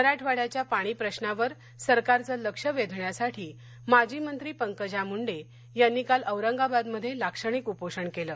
मराठवाड्याध्या पाणी प्रशावर सरकारचं लक्ष वेधण्यासाठी माजी मंत्री पंकजा मुंडे यांनी काल औरंगाबादमध्ये लाक्षणिक उपोषण केलं